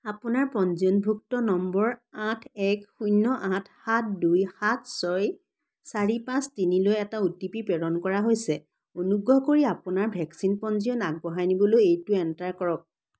আপোনাৰ পঞ্জীয়নভুক্ত নম্বৰ আঠ এক শূন্য আঠ সাত দুই সাত ছয় চাৰি পাঁচ তিনিলৈ এটা অ'টিপি প্ৰেৰণ কৰা হৈছে অনুগ্ৰহ কৰি আপোনাৰ ভেকচিন পঞ্জীয়ন আগবঢ়াই নিবলৈ এইটো এণ্টাৰ কৰক